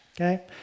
okay